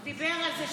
הוא דיבר על זה.